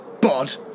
bod